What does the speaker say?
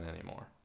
anymore